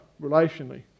relationally